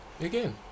again